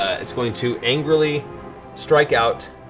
it's going to angrily strike out.